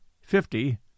fifty